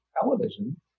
television